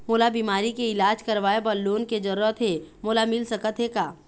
मोला बीमारी के इलाज करवाए बर लोन के जरूरत हे मोला मिल सकत हे का?